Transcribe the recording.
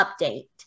update